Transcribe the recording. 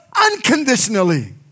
unconditionally